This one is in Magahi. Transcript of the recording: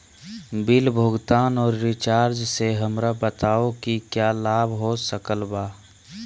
बिल भुगतान और रिचार्ज से हमरा बताओ कि क्या लाभ हो सकल बा?